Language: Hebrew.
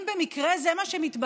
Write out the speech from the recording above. אם במקרה זה מה שמתבקש.